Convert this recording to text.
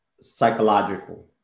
Psychological